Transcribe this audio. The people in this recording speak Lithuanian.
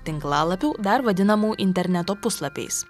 tinklalapių dar vadinamų interneto puslapiais